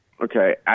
Okay